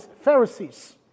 Pharisees